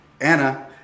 Anna